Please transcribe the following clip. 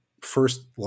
first